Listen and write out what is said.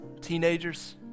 teenagers